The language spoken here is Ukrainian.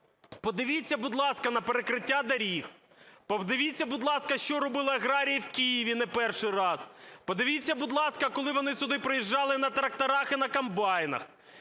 Подивіться, будь ласка, на перекриття доріг. Подивіться, будь ласка, що робили аграрії в Києві не перший раз. Подивіться, будь ласка, коли вони сюди приїжджали на тракторах і комбайнах.